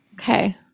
okay